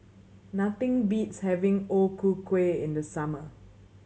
nothing beats having O Ku Kueh in the summer